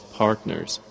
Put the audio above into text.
partners